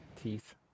teeth